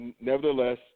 nevertheless